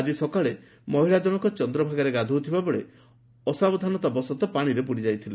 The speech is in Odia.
ଆଜି ସକାଳେ ମହିଳା ଜଣଙ୍ଙ ଚନ୍ଦ୍ରଭାଗାରେ ଗାଧୋଉଥିବା ବେଳେ ଅସାବଧାନତାବଶତଃ ପାଣିରେ ବୁଡ଼ିଯାଇଥିଲେ